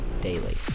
Daily